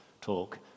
talk